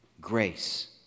Grace